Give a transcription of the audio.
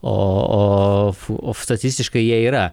o fu o statistiškai jie yra